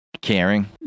caring